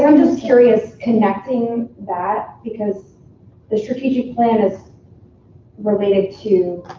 and just curious, connecting that because the strategic plan is related to